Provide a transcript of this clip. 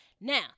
now